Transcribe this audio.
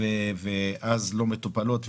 והן לא מטופלות,